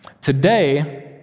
Today